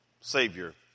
Savior